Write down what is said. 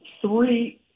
three